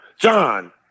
John